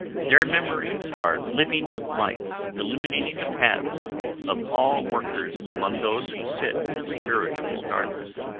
their memories are living lights illuminating the paths of all workers among those who sit in spiritual darkness.